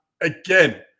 Again